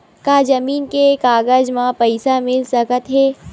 का जमीन के कागज म पईसा मिल सकत हे?